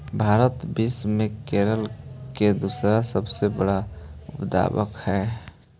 भारत विश्व में केला के दूसरा सबसे बड़ा उत्पादक हई